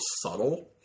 subtle